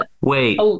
wait